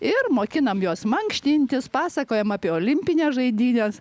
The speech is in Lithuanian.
ir mokinam juos mankštintis pasakojam apie olimpines žaidynes